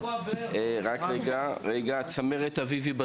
צמרת אביבי,